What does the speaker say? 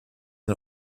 den